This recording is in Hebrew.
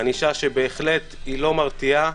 ענישה שהיא בהחלט לא מרתיעה,